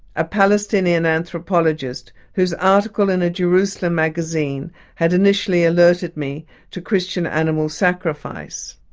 a palestinian anthropologist, whose article in a jerusalem magazine had initially alerted me to christian animal sacrifice.